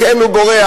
לכן הוא בורח.